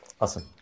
awesome